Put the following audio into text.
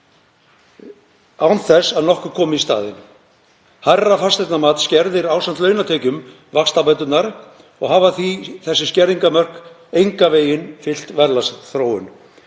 án þess að nokkuð komi í staðinn. Hærra fasteignamat skerðir, ásamt launatekjum, vaxtabæturnar og hafa því þessi skerðingarmörk engan veginn fylgt verðlagsþróun.